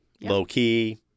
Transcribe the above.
low-key